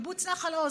קיבוץ נחל עוז,